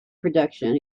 production